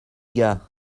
gars